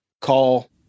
call